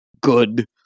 good